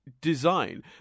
design